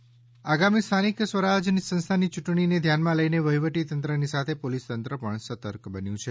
યૂંટણી સઘન ચેકીંગ આગામી સ્થાનિક સ્વરાજ સંસ્થાની યૂંટણીને ધ્યાનમાં લઇ વહીવટી તંત્રની સાથે પોલીસ તંત્ર પણ સતર્ક બન્યું છે